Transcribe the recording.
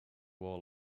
all